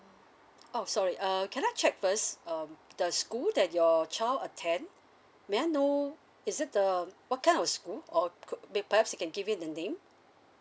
oh sorry uh can I check first um the school that your child attend may I know is it the what kind of school or could perhaps you can give me the name